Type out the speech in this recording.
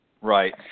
Right